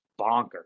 bonkers